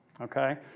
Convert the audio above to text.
okay